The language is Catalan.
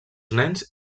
nens